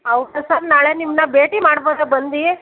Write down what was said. ಹೌದಾ ಸರ್ ನಾಳೆ ನಿಮ್ಮನ್ನ ಭೇಟಿ ಮಾಡ್ಬೋದಾ ಬಂದು